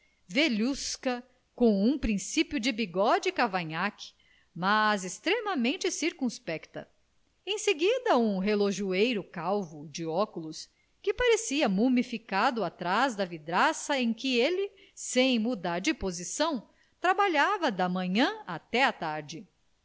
velhusca com um principio de bigode e cavanhaque mas extremamente circunspecta em seguida um relojoeiro calvo de óculos que parecia mumificado atrás da vidraça em que ele sem mudar de posição trabalhava da manhã até à tarde